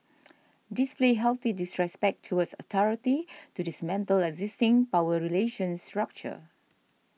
display healthy disrespect towards authority to dismantle existing power relations structure